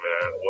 man